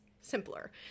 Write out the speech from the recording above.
simpler